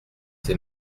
ses